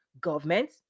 government